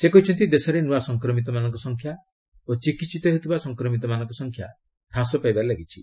ସେ କହିଛନ୍ତି ଦେଶରେ ନୂଆ ସଂକ୍ରମିତମାନଙ୍କ ସଂଖ୍ୟା ଓ ଚିକିିିିତ ହେଉଥିବା ସଂକ୍ରମିତମାନଙ୍କ ସଂଖ୍ୟା ହ୍ରାସ ପାଇବାରେ ଲାଗିଛି